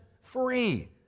Free